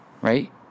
right